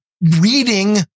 reading